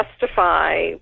justify